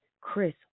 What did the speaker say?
Chris